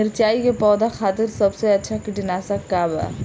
मिरचाई के पौधा खातिर सबसे अच्छा कीटनाशक का बा?